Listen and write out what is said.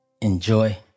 Enjoy